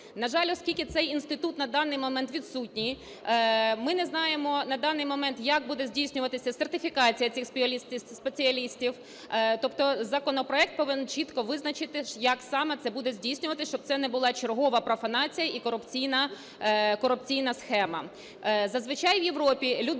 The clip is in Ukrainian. На жаль, оскільки цей інститут на даний момент відсутній, ми не знаємо, на даний момент як буде здійснюватися сертифікація цих спеціалістів. Тобто законопроект повинен чітко визначити як саме буде це здійснювати, щоб це не була чергова профанація і корупційна схема.